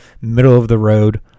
middle-of-the-road